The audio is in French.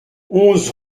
onze